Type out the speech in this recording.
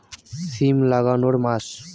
সিম লাগানোর মাস?